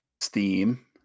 Steam